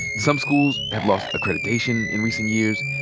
some schools have lost accreditation in recent years,